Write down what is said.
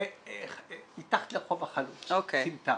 מתחת לרחוב החלוץ, סמטה.